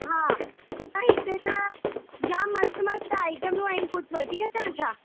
हा त हिते त जाम मस्तु मस्तु आईटमूं आहिनि कुझु वठी अचां छा